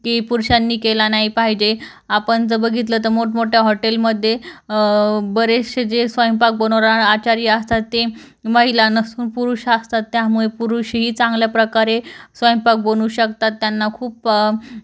की पुरुषांनी केला नाही पाहिजे आपण जर बघितलं तर मोठमोठ्या हॉटेलमध्ये बरेचसे जे स्वयंपाक बनवणार आचारी असतात ते महिला नसून पुरुष असतात त्यामुळे पुरुषही चांगल्या प्रकारे स्वयंपाक बनवू शकतात त्यांना खूप